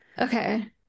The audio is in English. okay